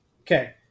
Okay